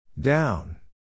Down